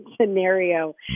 scenario